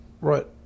Right